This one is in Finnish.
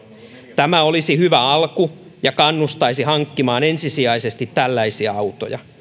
tämä olisi hyvä alku ja kannustaisi hankkimaan ensisijaisesti tällaisia autoja